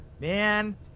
man